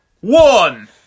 one